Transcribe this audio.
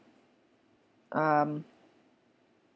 um